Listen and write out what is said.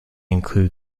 include